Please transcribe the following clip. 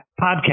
podcast